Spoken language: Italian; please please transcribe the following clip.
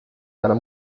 dalla